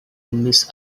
miss